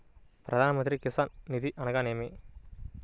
ప్రధాన మంత్రి కిసాన్ నిధి అనగా నేమి?